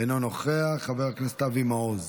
אינו נוכח, חבר הכנסת אבי מעוז.